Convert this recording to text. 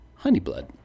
Honeyblood